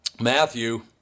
Matthew